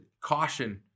Caution